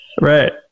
Right